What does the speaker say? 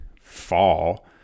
fall